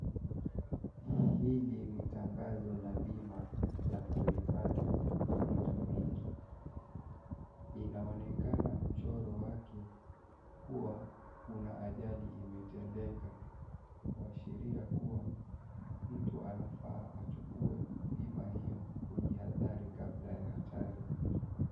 Hili ni tangazo la bima la kuhifadhi pikipiki, inaonekana mchoro wake kuwa kuna ajali imetendeka, kuashiria kuwa mtu anafaa achukue bima hiyo kujihadhari kabla ya hatari.